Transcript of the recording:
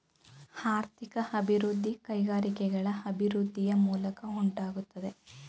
ಆರ್ಥಿಕ ಅಭಿವೃದ್ಧಿ ಕೈಗಾರಿಕೆಗಳ ಅಭಿವೃದ್ಧಿಯ ಮೂಲಕ ಉಂಟಾಗುತ್ತದೆ